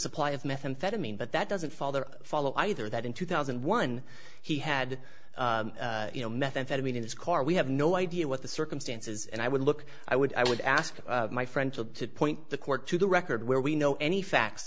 supply of methamphetamine but that doesn't father follow either that in two thousand and one he had you know methamphetamine in his car we have no idea what the circumstances and i would look i would i would ask my friend to point the court to the record where we know any facts